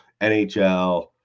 NHL